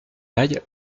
aille